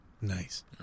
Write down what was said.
Nice